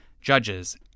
judges